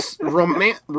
romance